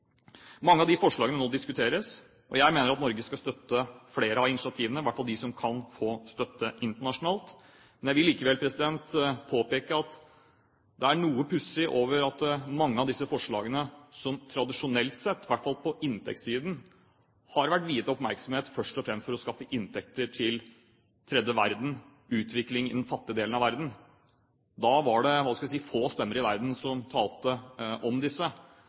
Mange av disse forslagene diskuteres nå. Jeg mener at Norge skal støtte flere av initiativene, i hvert fall de som kan få støtte internasjonalt. Jeg vil likevel påpeke at det er noe pussig med mange av disse forslagene, som tradisjonelt sett i hvert fall på inntektssiden har vært viet oppmerksomhet først og fremst for å skaffe inntekter til den tredje verden og utvikling i den fattige delen av verden. Da var det få stemmer i verden som talte om disse.